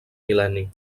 mil·lenni